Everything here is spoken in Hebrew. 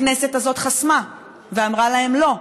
הכנסת הזאת חסמה ואמרה להם: לא.